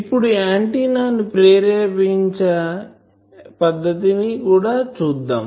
ఇప్పుడు ఆంటిన్నా ను ప్రేరేపించే పద్ధతి కూడా చూద్దాం